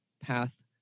path